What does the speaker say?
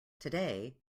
today